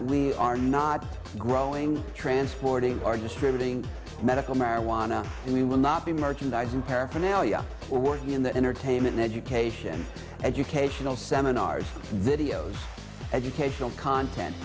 we are not growing transporting are distributing medical marijuana and we will not be merchandising paraphernalia or working in the entertainment education educational seminars videos educational content